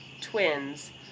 twins